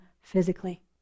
physically